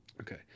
okay